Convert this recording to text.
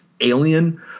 alien